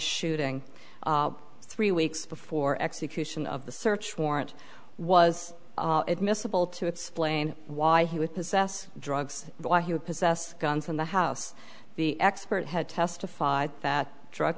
shooting three weeks before execution of the search warrant was admissible to explain why he would possess drugs why he would possess guns in the house the expert had testified that drug